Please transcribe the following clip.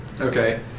Okay